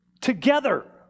together